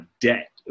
debt